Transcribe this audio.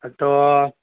હં તો